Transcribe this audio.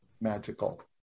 magical